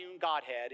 Godhead